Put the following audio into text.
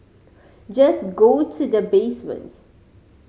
just go to the basement